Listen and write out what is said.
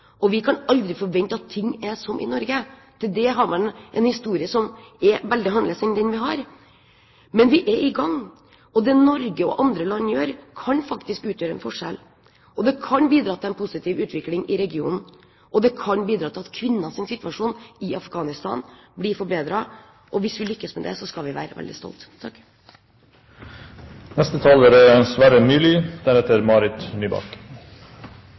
og vi kan aldri forvente at ting er som i Norge. Til det har man en historie som er veldig annerledes enn den vi har. Men vi er i gang, og det Norge og andre land gjør, kan faktisk utgjøre en forskjell, det kan bidra til en positiv utvikling i regionen, og det kan bidra til at kvinners situasjon i Afghanistan blir forbedret. Hvis vi lykkes med det, skal vi være veldig stolte. En av verdenssamfunnets for tida største utfordringer er